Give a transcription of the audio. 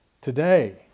Today